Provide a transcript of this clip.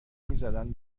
میزدن